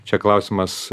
čia klausimas